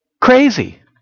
crazy